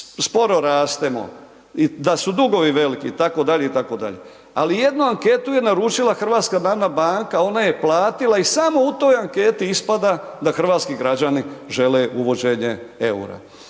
sporo rastemo, da su dugovi veliki itd., itd., ali ali jednu anketu je naručila HNB, ona je platila i samo u toj anketi ispada da hrvatski građani žele uvođenje eura.